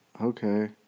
okay